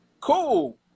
cool